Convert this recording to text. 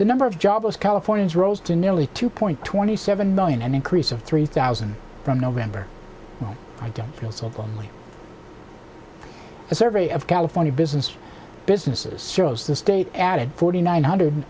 the number of jobless californians rose to nearly two point twenty seven million an increase of three thousand from november i don't feel so lonely the survey of california business businesses shows the state added forty nine hundred